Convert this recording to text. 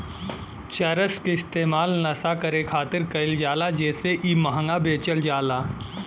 चरस के इस्तेमाल नशा करे खातिर कईल जाला जेसे इ महंगा बेचल जाला